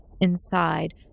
inside